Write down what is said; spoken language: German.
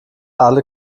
alle